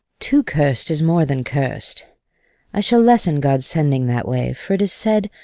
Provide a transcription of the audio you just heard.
too curst is more than curst i shall lessen god's sending that way for it is said,